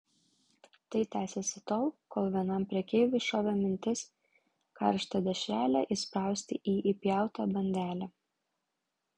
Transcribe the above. tai tęsėsi tol kol vienam prekeiviui šovė mintis karštą dešrelę įsprausti į įpjautą bandelę